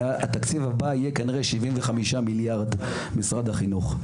התקציב הבא יהיה כנראה 75 מיליארד למשרד החינוך.